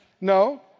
No